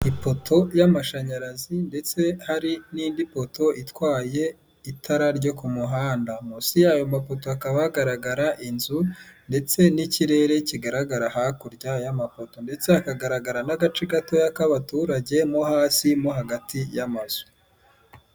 Ipoto y'amashanyarazi ndetse hari n'indi poto itwaye itara ryo ku muhanda, munsi y'ayo mapoto hakaba hagaragara inzu ndetse n'ikirere kigaragara hakurya y'amapoto, ndetse hakagaragara n'agace gatoya k'abaturage mo hasi, mo hagati y'amazu.